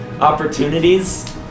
opportunities